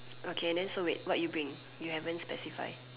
okay then so wait what you bring you haven't specify